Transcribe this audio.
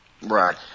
right